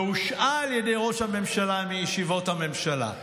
והושעה על ידי ראש הממשלה מישיבות הממשלה,